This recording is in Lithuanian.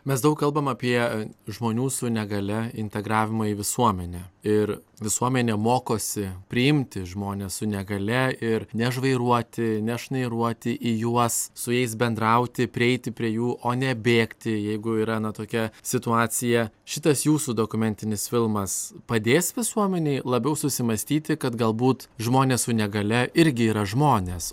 mes daug kalbam apie žmonių su negalia integravimą į visuomenę ir visuomenė mokosi priimti žmones su negalia ir nežvairuoti nešnairuoti į juos su jais bendrauti prieiti prie jų o ne bėgti jeigu yra na tokia situacija šitas jūsų dokumentinis filmas padės visuomenei labiau susimąstyti kad galbūt žmonės su negalia irgi yra žmonės